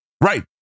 Right